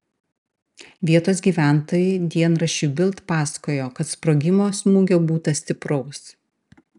vietos gyventojai dienraščiui bild pasakojo kad sprogimo smūgio būta stipraus